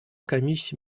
комиссии